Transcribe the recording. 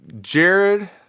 Jared